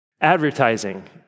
Advertising